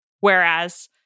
whereas